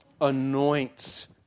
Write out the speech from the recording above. anoints